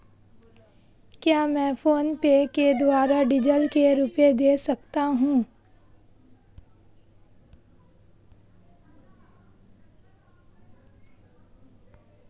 क्या मैं फोनपे के द्वारा डीज़ल के रुपए दे सकता हूं?